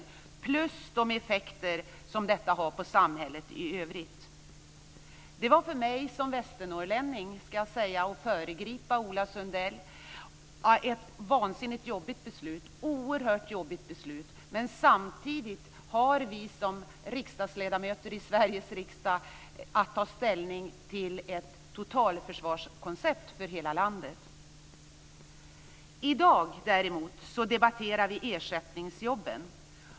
Dessutom tillkommer de effekter som detta har på samhället i övrigt. Det var för mig som vänsternorrlänning - och det säger jag för att föregripa Ola Sundell - ett oerhört jobbigt beslut. Samtidigt har vi som ledamöter i Sveriges riksdag att ta ställning till ett totalförsvarskoncept för hela landet. I dag, däremot, debatterar vi ersättningsjobben.